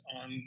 on